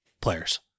players